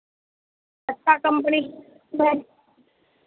अच्छा कम्पनी